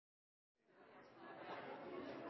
det var også en